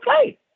okay